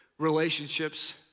relationships